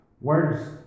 words